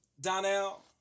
donnell